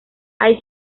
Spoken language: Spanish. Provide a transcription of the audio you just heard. hay